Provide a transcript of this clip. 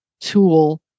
tool